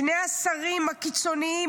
שני השרים הקיצוניים,